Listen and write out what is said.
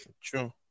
True